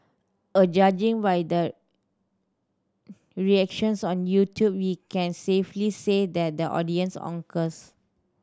a judging by the reactions on YouTube we can safely say that the audience concurs